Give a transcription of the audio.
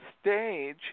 stage